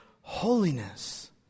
holiness